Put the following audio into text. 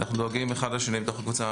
אנחנו דואגים אחד לשני בתוך הקבוצה.